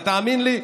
ותאמין לי,